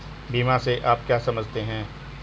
बीमा से आप क्या समझते हैं?